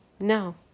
now